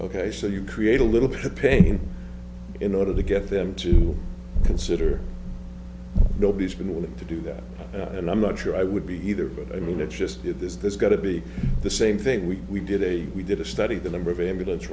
ok so you create a little bit of pain in order to get them to consider nobody's been willing to do that and i'm not sure i would be either but i mean it's just it is there's got to be the same thing we we did a we did a study the number of ambulance